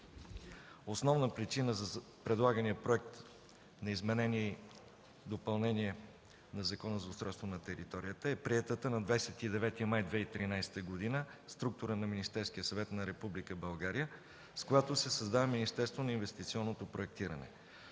Основна причина за предлагания Законопроект за изменение и допълнение на Закон за устройство на територията е приетата на 29 май 2013 г. структура на Министерския съвет на Република България, с която се създава Министерство на инвестиционното проектиране.